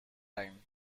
time